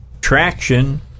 traction